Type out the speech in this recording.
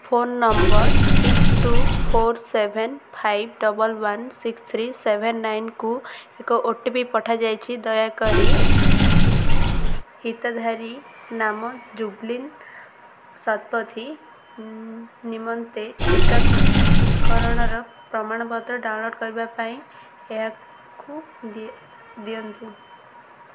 phone number six two four seven five double one six three seven ନାଇନ୍କୁ ଏକ O T P ପଠାଯାଇଛି ଦୟାକରି ହିତାଧିକାରୀ ନାମ ଜୁବ୍ଲି ଶତପଥୀ ନି ନିମନ୍ତେ ଟିକାକରଣର ପ୍ରମାଣପତ୍ର ଡାଉନଲୋଡ଼୍ କରିବା ପାଇଁ ଏହାକୁ ଦିଅ ଦିଅନ୍ତୁ